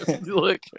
look